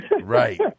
Right